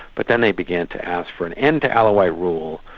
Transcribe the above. but then they began to ask for an end to alawite rule,